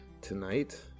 tonight